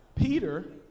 Peter